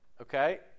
okay